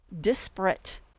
disparate